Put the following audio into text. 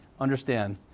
understand